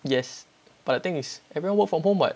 yes but the thing is everyone work from home [what]